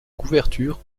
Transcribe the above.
couverture